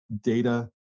data